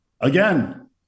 again